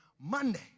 Monday